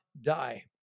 die